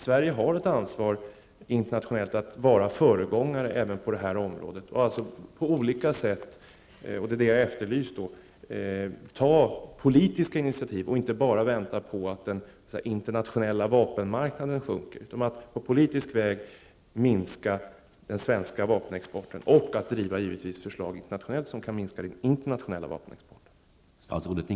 Sverige har ett ansvar internationellt att vara föregångare även på detta område och på olika sätt ta politiska initiativ och inte bara vänta på att den internationella vapenexporten sjunker. Det är det jag har efterlyst. Det gäller att på politisk väg minska den svenska vapenexporten och givetvis också att driva förslag internationellt, som kan minska den internationella vapenexporten.